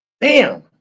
Bam